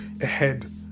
ahead